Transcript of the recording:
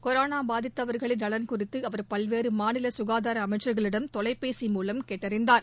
corona பாதித்தவர்களின் நலன் குறித்து அவர் பல்வேறு மாநில சுகாதார அமைச்சர்களிடம் தொலைபேசி மூலம் கேட்டறிந்தார்